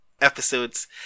episodes